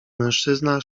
mężczyzna